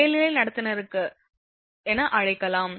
மேல்நிலை நடத்துனருக்கான என அழைக்கலாம்